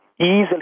easily